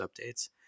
updates